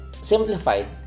simplified